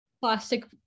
plastic